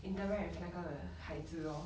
interact with 那个孩子 lor